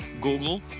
Google